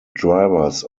drivers